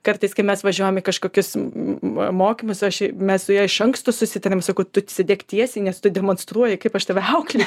kartais kai mes važiuojam į kažkokius mokymus aš mes su ja iš anksto susitariam sakau tu sėdėk tiesiai nes tu demonstruoji kaip aš save auklė